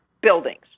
buildings